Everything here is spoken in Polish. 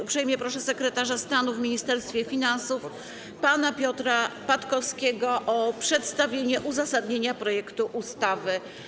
Uprzejmie proszę podsekretarza stanu w Ministerstwie Finansów pana Piotra Patkowskiego o przedstawienie uzasadnienia projektu ustawy.